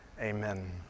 Amen